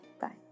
Bye